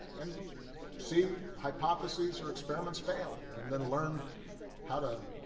and see hypotheses or experiments fail, and then learn how to